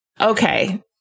Okay